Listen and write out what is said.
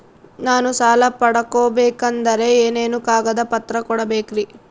ನಾನು ಸಾಲ ಪಡಕೋಬೇಕಂದರೆ ಏನೇನು ಕಾಗದ ಪತ್ರ ಕೋಡಬೇಕ್ರಿ?